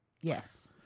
Yes